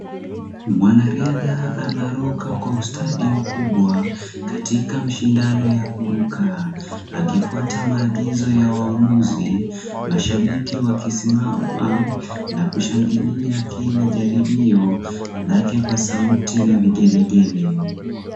Mwanariadha anaruka kwa ustadi mkubwa katika mshindano ya kuruka akifuata maagizo ya waamuzi mashabiki wakisimama na kushangalia kila jaribio lake kwa sauti na vigelegele.